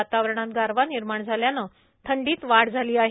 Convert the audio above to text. वातावरणात गारवा निर्माण झाल्याने थंडीत वाढ झाली आहे